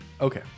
Okay